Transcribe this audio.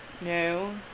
No